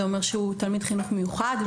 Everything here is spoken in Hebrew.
זה אומר שהוא תלמיד חינוך מיוחד.